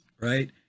right